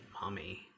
mommy